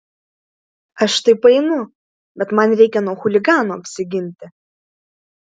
aš tai paeinu bet man reikia nuo chuliganų apsiginti